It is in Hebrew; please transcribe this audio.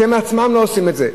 כשהם בעצמם לא עושים את זה.